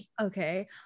Okay